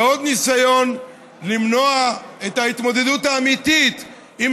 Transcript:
זה עוד ניסיון למנוע את ההתמודדות האמיתית עם